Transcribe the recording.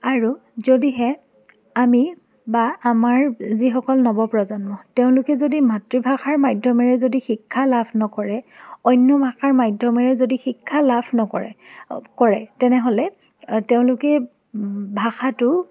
আৰু যদিহে আমি বা আমাৰ যিসকল নৱপ্ৰজন্ম তেওঁলোকে যদি মাতৃভাষাৰ মাধ্যমেৰে যদি শিক্ষা লাভ নকৰে অন্যভাষাৰ মাধ্যমেৰে যদি শিক্ষা লাভ নকৰে কৰে তেনেহ'লে তেওঁলোকে ভাষাটো